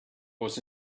was